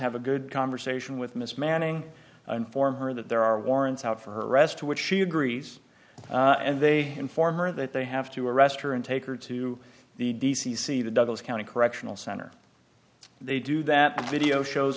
have a good conversation with miss manning inform her that there are warrants out for her arrest to which she agrees and they inform her that they have to arrest her and take her to the d c c the douglas county correctional center they do that video shows